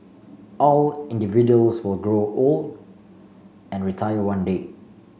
all individuals will grow old and retire one day